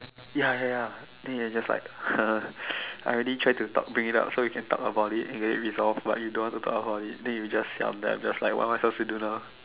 ya ya ya then you just like !huh! I already tried to talk bring it up so we can talk about it and get it resolved but you don't want to talk about it then you just siam then I'm just like what am I supposed to do now